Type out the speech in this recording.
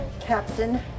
Captain